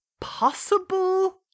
possible